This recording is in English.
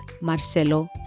Marcelo